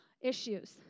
issues